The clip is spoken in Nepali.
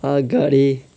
अगाडि